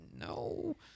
No